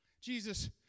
Jesus